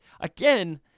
again